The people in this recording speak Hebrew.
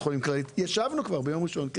ישבנו כבר ביום ראשון,